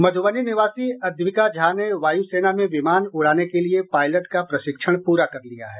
मधुबनी निवासी अद्विका झा ने वायू सेना में विमान उड़ाने के लिये पायलट का प्रशिक्षण प्रा कर लिया है